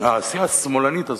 הסיעה השמאלנית הזאת,